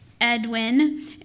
Edwin